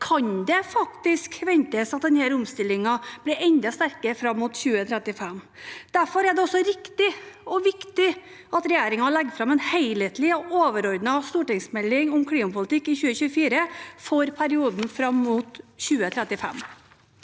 kan det faktisk forventes at denne omstillingen blir enda sterkere fram mot 2035. Derfor er det også riktig og viktig at regjeringen legger fram en helhetlig og overordnet stortingsmelding om klimapolitikk i 2024 for perioden fram mot 2035.